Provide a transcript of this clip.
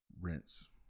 Rinse